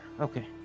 okay